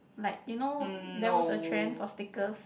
like you know there was a trend for stickers